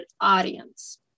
audience